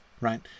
right